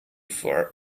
for